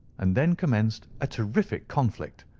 and then commenced a terrific conflict.